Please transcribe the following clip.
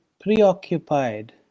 preoccupied